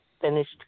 finished